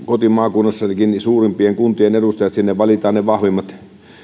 kotimaakunnassanikin sinne valitaan suurimpien kuntien edustajat ne vahvimmat